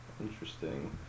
Interesting